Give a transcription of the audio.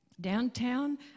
Downtown